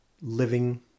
living